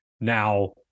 Now